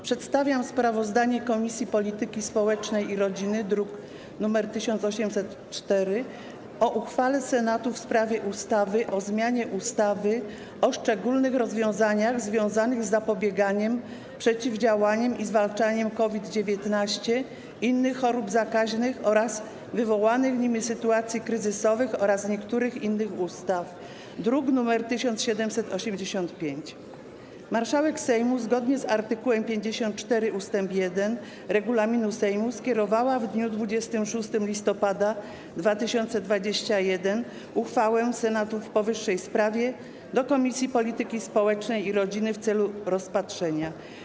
Przedstawiam sprawozdanie Komisji Polityki Społecznej i Rodziny, druk nr 1804, o uchwale Senatu w sprawie ustawy o zmianie ustawy o szczególnych rozwiązaniach związanych z zapobieganiem, przeciwdziałaniem i zwalczaniem COVID-19, innych chorób zakaźnych oraz wywołanych nimi sytuacji kryzysowych oraz niektórych innych ustaw, druk nr 1785. Marszałek Sejmu, zgodnie z art. 54 ust. 1 regulaminu Sejmu, skierowała w dniu 26 listopada 2021 r. uchwałę Senatu w powyższej sprawie do Komisji Polityki Społecznej i Rodziny w celu rozpatrzenia.